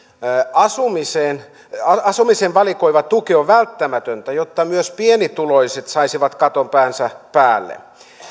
asumisen asumisen valikoiva tuki on välttämätöntä jotta myös pienituloiset saisivat katon päänsä päälle